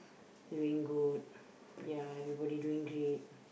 doing good ya everybody doing great